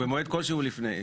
מועד כלשהו לפני.